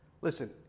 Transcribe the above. Listen